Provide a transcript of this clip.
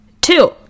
Two